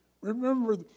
Remember